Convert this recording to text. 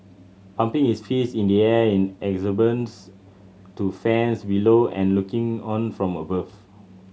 pumping his fist in the air in exuberance to fans below and looking on from above